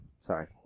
Sorry